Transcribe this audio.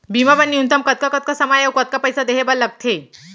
बीमा बर न्यूनतम कतका कतका समय मा अऊ कतका पइसा देहे बर लगथे